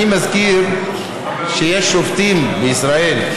אני מזכיר שיש שופטים בישראל,